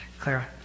Clara